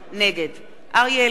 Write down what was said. נגד אריה אלדד,